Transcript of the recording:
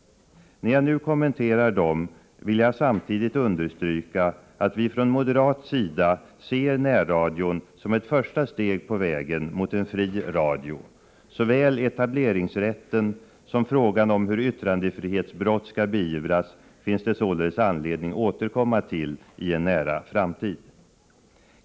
När jag nu kommenterar dem vill jag samtidigt understryka att vi från moderat sida ser närradion som ett första steg på vägen mot en fri radio. Såväl etableringsrätten som frågan om hur yttrandefrihetsbrott skall beivras finns det således anledning att återkomma till i en nära framtid.